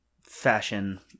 fashion